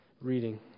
reading